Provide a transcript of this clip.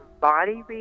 body